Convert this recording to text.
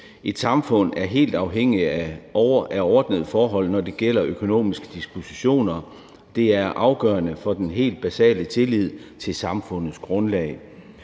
Et samfund er helt afhængigt af ordnede forhold, når det gælder økonomiske dispositioner. Det er afgørende for den helt basale tillid til samfundets grundlag.